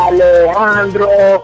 Alejandro